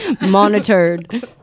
monitored